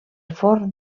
forn